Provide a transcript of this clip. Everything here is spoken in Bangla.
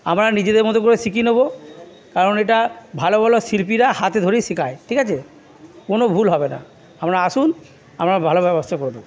আমরা নিজেদের মত করে শিখিয়ে নেব কারণ এটা ভালো ভালো শিল্পীরা হাতে ধরেই শেখায় ঠিক আছে কোনো ভুল হবে না আপনারা আসুন আমরা ভালো ব্যবস্থা করে দেব